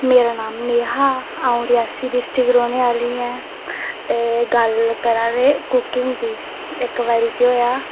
मेरा नांऽ नेहा अ'ऊं रियासी डिस्ट्रिक दी रौह्ने आह्ली ऐं ते गल्ल करांऽ ते कुकिंग दी इक बारी केह् होएआ